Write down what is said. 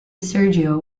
sergio